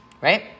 right